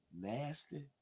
nasty